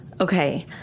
Okay